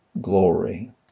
glory